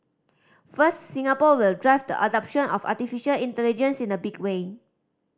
first Singapore will drive the adoption of artificial intelligence in a big way